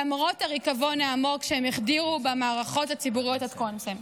למרות הריקבון העמוק שהם החדירו במערכות הציבוריות עד כה.